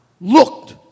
looked